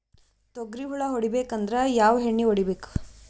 ತೊಗ್ರಿ ಹುಳ ಹೊಡಿಬೇಕಂದ್ರ ಯಾವ್ ಎಣ್ಣಿ ಹೊಡಿಬೇಕು?